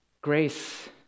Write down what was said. Grace